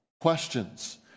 questions